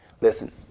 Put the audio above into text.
Listen